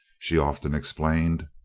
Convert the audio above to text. she often explained.